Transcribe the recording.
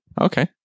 Okay